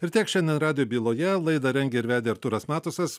ir tiek šiandien radijo byloje laidą rengė ir vedė artūras matusas